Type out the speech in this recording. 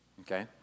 Okay